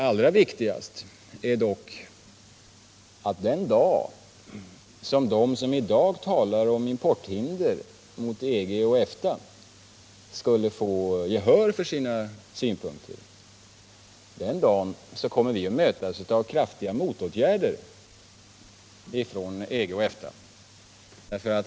Allra viktigast är dock att den dag då de som nu talar om importhinder mot EG och EFTA skulle få gehör för sina synpunkter, kommer vi att mötas av kraftiga motåtgärder från EG och EFTA.